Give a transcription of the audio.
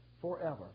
forever